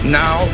now